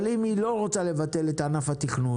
אבל אם היא לא רוצה לבטל את ענף התכנון,